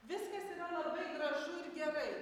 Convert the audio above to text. viskas yra labai gražu ir gerai